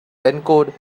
encode